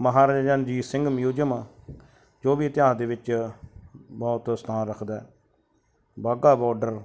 Maharaja Ranjit Singh museum ਜੋ ਵੀ ਇਤਿਹਾਸ ਦੇ ਵਿੱਚ ਮਹੱਤਵ ਸਥਾਨ ਰੱਖਦਾ ਵਾਘਾ ਬਾਰਡਰ